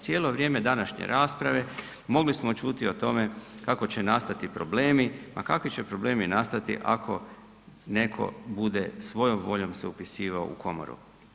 Cijelo vrijeme današnje rasprave mogli smo čuti o tome kako će nastati problemi, ma kakvi će problemi nastati ako netko bude svojom voljom se upisivao u komoru.